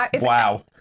Wow